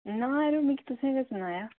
ना यरो मिगी तुसें गै सनाया